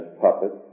puppets